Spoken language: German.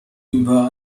über